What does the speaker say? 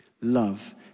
Love